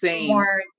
more